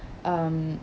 um